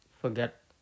forget